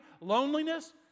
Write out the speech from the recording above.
loneliness